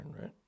right